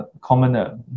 commoner